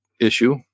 issue